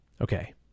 okay